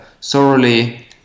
thoroughly